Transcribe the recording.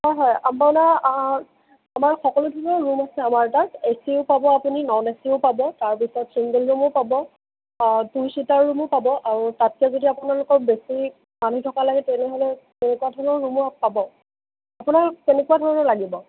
অঁ হয় আপোনাৰ আমাৰ সকলো ধৰণৰ ৰূম আছে আমাৰ তাত এচিও পাব আপুনি নন এচিও পাব তাৰ পিছত ছিংগল ৰূমো পাব টু ছিটাৰ ৰূমো পাব আৰু তাতকে যদি আপোনালোকক বেছি মানুহ থকা লাগে তেনেহ'লে তেনেকুৱা ধৰণৰ ৰূমো পাব আপোনাক কেনেকুৱা ধৰণৰ লাগিব